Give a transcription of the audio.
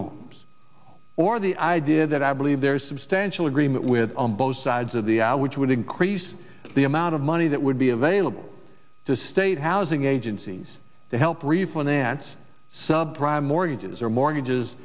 homes or the idea that i believe there is substantial agreement with on both sides of the hour which would increase the amount of money that would be available to state housing agencies to help refinance sub prime mortgages or mortgages